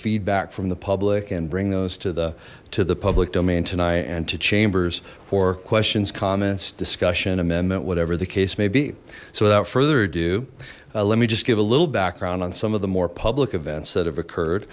feedback from the public and bring those to the to the public domain tonight and two chambers for questions comments discussion amendment whatever the case may be so without further ado let me just give a little background on some of the more public events that have occurred